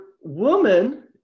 woman